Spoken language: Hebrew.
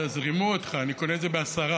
רימו אותך, אני קונה את זה בעשרה.